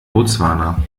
botswana